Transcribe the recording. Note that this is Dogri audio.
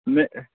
में